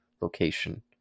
location